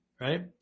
right